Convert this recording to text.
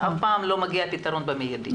אף פעם לא מגיע פתרון במיידי,